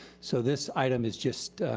so this item is just